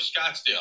Scottsdale